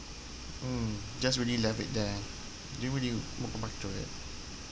mm just really left it there didn't really much of it